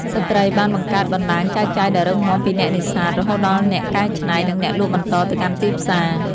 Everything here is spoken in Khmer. ស្ត្រីបានបង្កើតបណ្តាញចែកចាយដ៏រឹងមាំពីអ្នកនេសាទ រហូតដល់អ្នកកែច្នៃ និងអ្នកលក់បន្តទៅកាន់ទីផ្សារ។